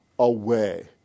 away